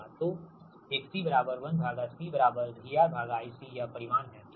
तो 𝑋C 1𝜔C VRIC यह परिमाण है ठीक